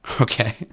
Okay